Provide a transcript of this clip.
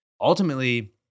ultimately